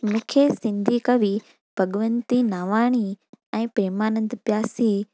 मूंखे सिंधी कवि भॻवंती नावाणी ऐं परमानंद प्यासी